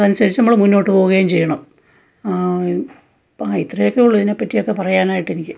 അതനുസരിച്ച് നമ്മൾ മുന്നോട്ട് പോവുകേം ചെയ്യണം ഇത്രയൊക്കെ ഉള്ളു ഇതിനെ പറ്റിയൊക്കെ പറയാനായിട്ട് എനിക്ക്